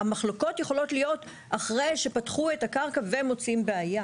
המחלוקות יכולות להיות אחרי שפתחו את הקרקע ומוצאים בעיה.